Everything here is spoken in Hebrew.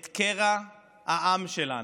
את קרע העם שלנו.